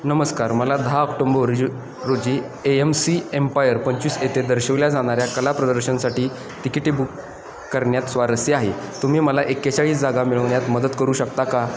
नमस्कार मला दहा ऑक्टोंबर रोजी ए एम सी एम्पायर पंचवीस येथे दर्शवल्या जाणाऱ्या कला प्रदर्शनासाठी तिकिटे बुक करण्यात स्वारस्य आहे तुम्ही मला एकेचाळीस जागा मिळवण्यात मदत करू शकता का